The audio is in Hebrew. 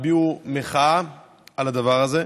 הביעו מחאה על הדבר הזה.